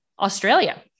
Australia